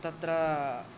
तत्र